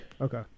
Okay